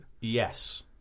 Yes